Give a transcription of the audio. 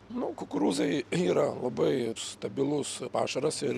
nu kukurūzai yra labai stabilus pašaras ir